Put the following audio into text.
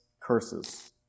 curses